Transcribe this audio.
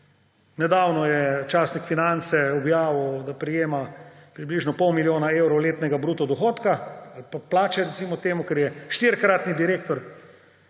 Nedavno je časnik Finance objavil, da prejema približno pol milijona evrov letnega bruto dohodka ali pa plače, recimo temu, ker je štirikratni direktor.